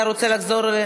אתה רוצה לחזור?